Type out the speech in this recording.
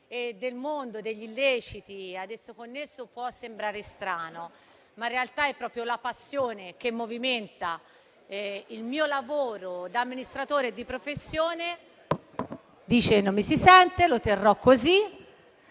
e del mondo degli illeciti ad esso connesso può sembrare strano; ma, in realtà, è proprio la passione che movimenta e anima il mio lavoro da amministratore di professione, che mi porta a mettere